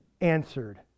answered